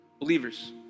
Believers